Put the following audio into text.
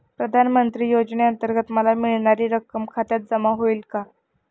प्रधानमंत्री योजनेअंतर्गत मला मिळणारी रक्कम खात्यात जमा होईल का?